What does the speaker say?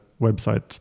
website